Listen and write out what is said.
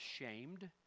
ashamed